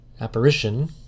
Apparition